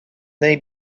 they